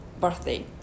birthday